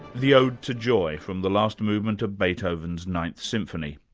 the ode to joy from the last movement of beethoven's ninth symphony.